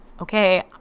okay